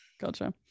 Gotcha